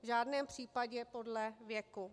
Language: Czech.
V žádném případě podle věku.